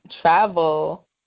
travel